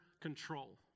control